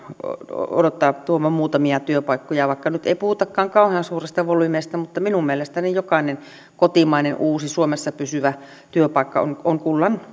odottaa tuovan muutamia työpaikkoja vaikka nyt ei puhutakaan kauhean suurista volyymeistä niin minun mielestäni jokainen kotimainen uusi suomessa pysyvä työpaikka on on kullan